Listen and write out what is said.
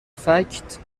فکت